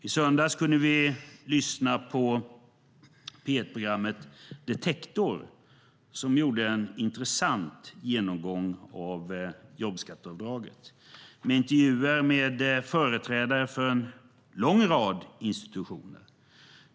I söndags kunde vi lyssna på P1-programmet Detektor som gjorde en intressant genomgång av jobbskatteavdraget. Man intervjuade företrädare för en lång rad institutioner.